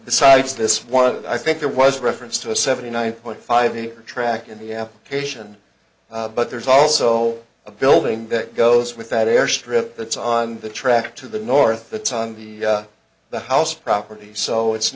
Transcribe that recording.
besides this one i think there was reference to a seventy nine point five acre track in the application but there's also a building that goes with that airstrip that's on the track to the north the tongue the the house property so it's